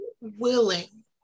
willing